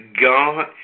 God